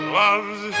loves